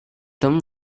dow